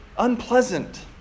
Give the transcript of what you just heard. unpleasant